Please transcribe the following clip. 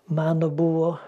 mano buvo